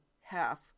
half